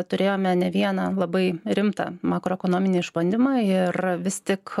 turėjome ne vieną labai rimtą makroekonominį išbandymą ir vis tik